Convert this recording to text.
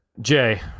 Jay